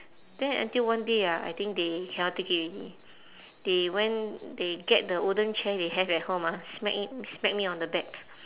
then until one day ah I think they cannot take it already they went they get the wooden chair they have at home ah smack it smack me on the back